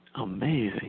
Amazing